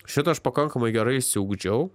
šitą aš pakankamai gerai išsiugdžiau